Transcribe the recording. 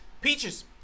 Peaches